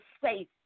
safe